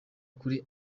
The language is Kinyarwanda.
kuri